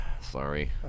Sorry